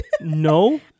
No